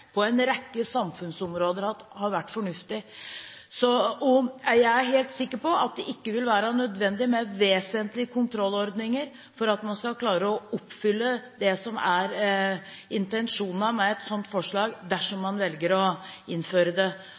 har vært fornuftig på en rekke samfunnsområder. Jeg er helt sikker på at det ikke vil være nødvendig med vesentlige kontrollordninger for at man skal klare å oppfylle det som er intensjonen med et sånt forslag, dersom man velger å innføre det.